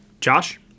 josh